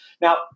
Now